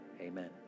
Amen